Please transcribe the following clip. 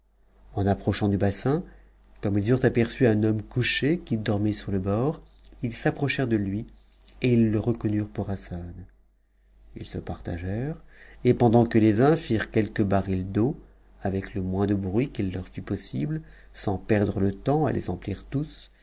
en approchant du bassin comme ils eurent aperçu un honnne couché qui jo mait sur le bord ils s'a prochd'ent de lui et ils le reconnurent tx assad hs se partagèrent et pendant que les uns tirent quctquos u d'eau avec le moins de bruit qu'ii leur fut possibte sans perdre tetf'uf a les emplir tous